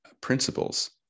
principles